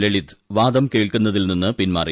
ലളിത് വാദം കേൾക്കുന്നതിൽ നിന്ന് പിന്മാറി